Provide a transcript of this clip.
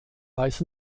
weiß